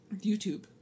YouTube